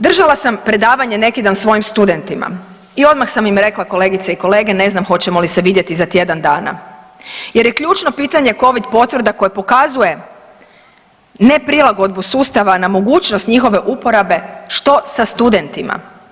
Držala sam predavanje neki dan svojim studentima i odmah sam im rekla kolegice i kolege, ne znam hoćemo li se vidjeti za tjedan dana jer je ključno pitanje Covid potvrda koje pokazuje neprilagodbu sustava na mogućnost njihove uporabe što sa studentima.